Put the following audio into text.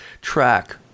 track